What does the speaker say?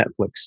Netflix